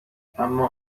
اما